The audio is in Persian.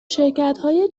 شرکتهای